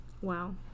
Wow